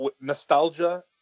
nostalgia